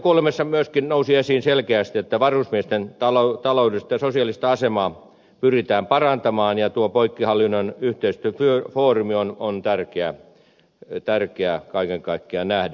asiantuntijakuulemisessa myöskin nousi esiin selkeästi että varusmiesten taloudellista ja sosiaalista asemaa pyritään parantamaan ja poikkihallinnon yhteistyöfoorumi on tärkeä kaiken kaikkiaan nähdä